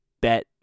bet